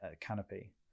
canopy